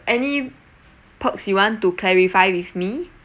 any perks you want to clarify with me